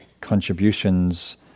contributions